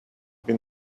been